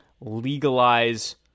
legalize